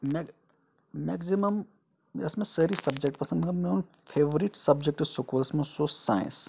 مےٚ میٚکزِمَم ٲسۍ مےٚ سٲری سَبجکٹ پَسنٛد مگر میون فیورِٹ سَبجَکٹ سکوٗلَس منٛز سُہ اوس ساینٛس